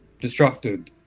destructed